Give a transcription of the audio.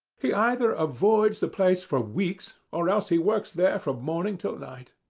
he either avoids the place for weeks, or else he works there from morning to night.